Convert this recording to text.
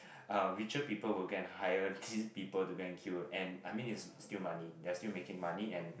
uh richer people will go and hire these people to go and queue and I mean it's still money they are still making money and